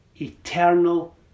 eternal